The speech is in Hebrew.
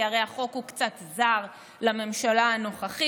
כי הרי החוק הוא קצת זר לממשלה הנוכחית.